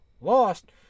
lost